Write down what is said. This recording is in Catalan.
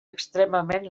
extremament